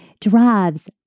drives